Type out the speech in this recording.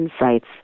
insights